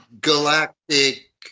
galactic